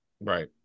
Right